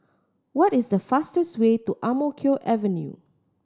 what is the fastest way to Ang Mo Kio Avenue